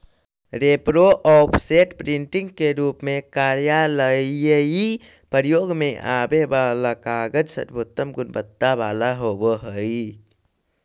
repro, offset, printing के रूप में कार्यालयीय प्रयोग में आगे वाला कागज सर्वोत्तम गुणवत्ता वाला होवऽ हई